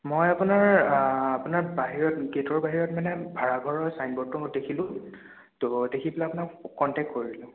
মই আপোনাৰ আপোনাৰ বাহিৰত গেটৰ বাহিৰত মানে ভাড়াঘৰৰ চাইনব'ৰ্ডটো মই দেখিলোঁ ত' দেখি পেলাই আপোনাক কণ্টেক্ট কৰিলোঁ